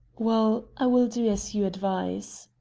well, i will do as you advise.